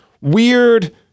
weird